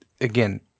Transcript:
again